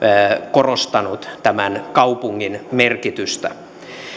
korostanut tämän kaupungin merkitystä